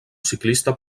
ciclista